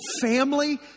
family